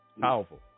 Powerful